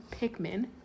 Pikmin